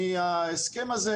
מההסכם הזה,